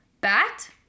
Bat